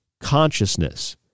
consciousness